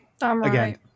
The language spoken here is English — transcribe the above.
again